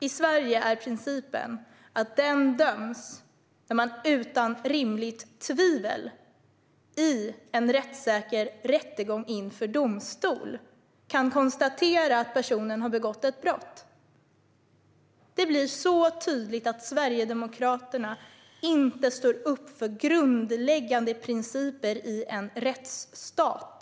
I Sverige är principen att en person döms när man utan rimligt tvivel i en rättssäker rättegång inför domstol kan konstatera att personen har begått ett brott. Det blir så tydligt att Sverigedemokraterna inte står upp för grundläggande principer i en rättsstat.